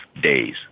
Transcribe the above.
days